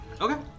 Okay